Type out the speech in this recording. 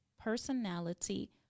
personality